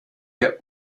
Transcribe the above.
ihr